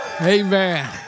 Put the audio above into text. Amen